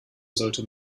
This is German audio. sollte